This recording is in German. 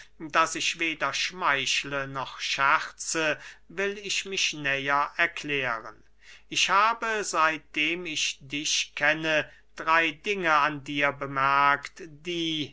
daß ich weder schmeichle noch scherze will ich mich näher erklären ich habe seitdem ich dich kenne drey dinge an dir bemerkt die